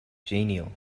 genial